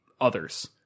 others